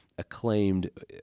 acclaimed